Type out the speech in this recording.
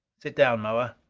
sit down, moa.